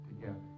together